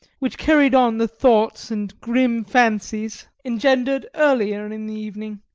which carried on the thoughts and grim fancies engendered earlier in the evening,